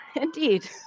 indeed